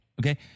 okay